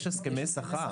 יש הסכמי שכר.